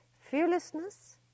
fearlessness